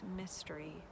mystery